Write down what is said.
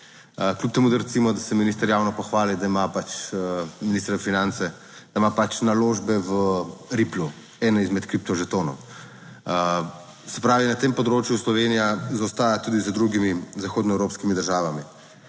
kljub temu, da recimo, da se minister javno pohvali, da ima pač minister za finance, da ima pač naložbe v Riplu eno izmed kripto žetonov. Se pravi, na tem področju Slovenija zaostaja tudi z drugimi zahodnoevropskimi državami.